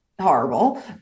horrible